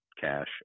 cash